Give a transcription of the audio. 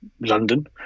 London